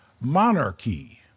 Monarchy